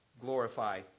glorify